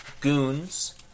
Goons